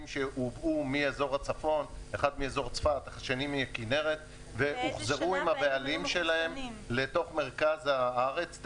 שהובאו מאזור הצפון והם הוחזקו עם הבעלים שלהם במרכז הארץ.